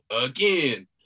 again